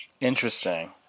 Interesting